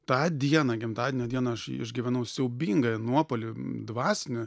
tą dieną gimtadienio dieną aš išgyvenau siaubingą nuopuolį dvasinį